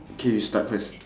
okay you start first